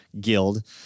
Guild